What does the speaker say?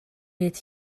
est